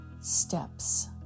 steps